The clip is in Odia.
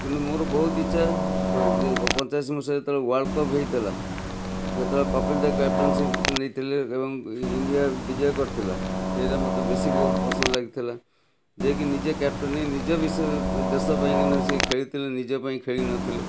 କିନ୍ତୁ ମୋର ବହୁତ ଇଚ୍ଛା ପଞ୍ଚାଅଶି ମସିହାରେ ଯେତେବେଳେ ୱାର୍ଲଡ଼ କପ୍ ହେଇଥିଲା ଯେତେବେଳେ କପିଲ ଦେବ କ୍ୟାପ୍ଟେନ୍ସିପ୍ ନେଇଥିଲେ ଏବଂ ଇଣ୍ଡିଆ ବିଜୟ କରିଥିଲା ସେରା ମତେ ବେଶି ବହୁତ ପସନ୍ଦ ଲାଗିଥିଲା ଯେ କି ନିଜେ କ୍ୟାପଟେନ ହେଇ ନିଜ ବିଷ ଦେଶ ପାଇଁକା ନା ଖେଳିଥିଲେ ନିଜ ପାଇଁ ଖେଳି ନଥିଲେ